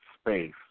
space